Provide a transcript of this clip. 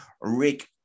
rick